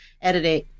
editing